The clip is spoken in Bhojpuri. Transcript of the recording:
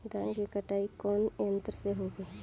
धान क कटाई कउना यंत्र से हो?